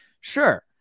Sure